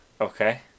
Okay